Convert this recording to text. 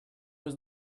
was